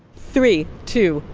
three, two,